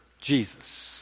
Jesus